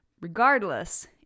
Regardless